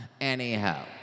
Anyhow